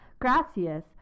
Gracias